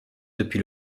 depuis